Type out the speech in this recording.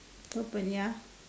purple ya